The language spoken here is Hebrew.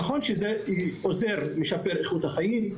נכון שזה עוזר לשפר את איכות החיים,